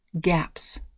Gaps